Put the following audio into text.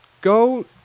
go